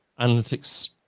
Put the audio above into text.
analytics